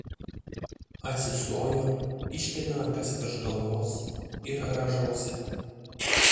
atsistoju iškeliu rankas virš galvos ir rąžausi